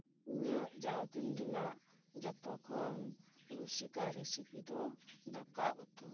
ᱤᱧᱟᱹᱜ ᱡᱟᱣᱫᱤᱱ ᱨᱮᱱᱟᱜ ᱡᱷᱚᱛᱚ ᱠᱷᱚᱱ ᱨᱩᱥᱤᱠᱟ ᱨᱮᱥᱤᱯᱤ ᱫᱚ ᱫᱟᱠᱟ ᱩᱛᱩ